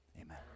amen